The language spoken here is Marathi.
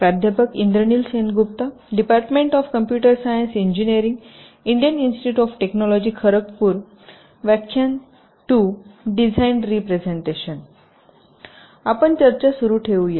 आपण चर्चा सुरू ठेवूया